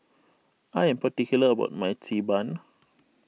I am particular about my Xi Ban